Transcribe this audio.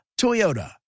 Toyota